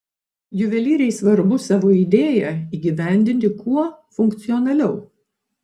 juvelyrei svarbu savo idėją įgyvendinti kuo funkcionaliau